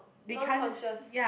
non conscious